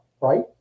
right